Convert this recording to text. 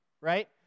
right